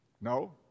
No